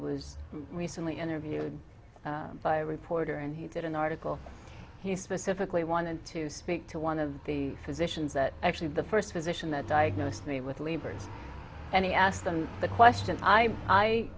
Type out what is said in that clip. was recently interviewed by a reporter and he did an article he specifically wanted to speak to one of the physicians that actually the first physician that diagnosed me with labors and he asked them the question i i